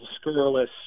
scurrilous